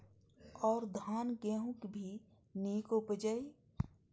और धान गेहूँ भी निक उपजे ईय?